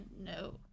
No